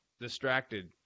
distracted